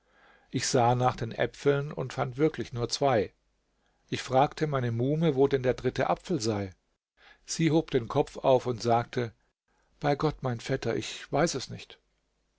ich sah nach den äpfeln und fand wirklich nur zwei ich fragte meine muhme wo denn der dritte apfel sei sie hob den kopf auf und sagte bei gott mein vetter ich weiß es nicht